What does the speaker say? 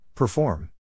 Perform